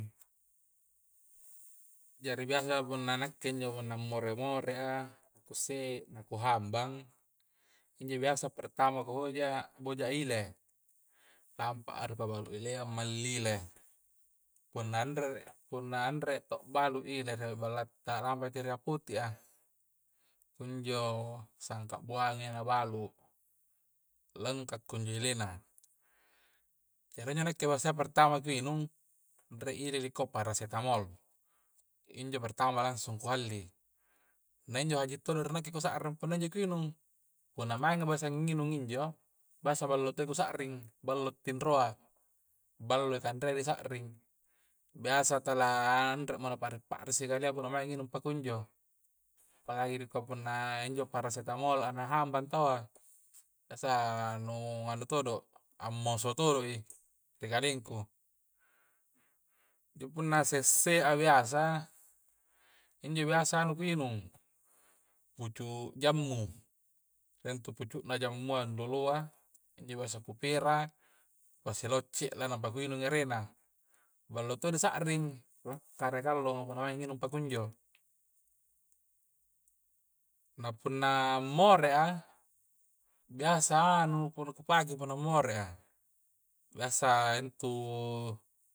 Jari biasa punna nakke' injo manna more-more'a, na kusse' na kuhambang', injo biasa pertama ku hoja, boja ile' lampa'a dipabbalu ele'a malli' ile' punna anre' punna anre' to' balu ile' ri sere' balla'ta, lammpaki' ri apotik'a kunjo sangka buange' na balu lengka' kunjo ele'na jari injo nakke'a biasa pertama'a ku nginung re' ile' dikoa' parasetamol, injo pertama langsung ku halli', na injo haji' todo ji' ri nakke' kusa'ring punna injo kunginung punna maenga biasa nginung injo biasa ballo to kusa'ring, ballo tindroa', ballo kanre'a ri sa'ring, biasa tala anre'mo napa're-pa'risi kalea punna mae nginung pakunjo' palagi ko dipunna' injo parasetamol a' na hambangi tawwa biasa nu anu todo, ammoso todo'i ri kalengku. njo punna' se'se a' biasa injo biasa nu anu ku nginung pucu' jammu re' intu pucu'na jammuang' doloa injo' biasa ku pera' pasilocce'la nampa ku nginung ere'na. ballo to' disa'ring lakkari' kallong' punna maeng nginung pakunjo na punna' more'a, biasa anu kuluppaki' punna more'a, biasa intu